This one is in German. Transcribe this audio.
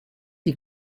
die